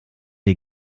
dir